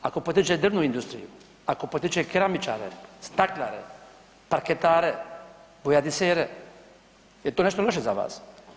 Ako potiče drvnu industriju, ako potiče keramičare, staklare, parketare, bojadisere, jel to nešto loše za vas?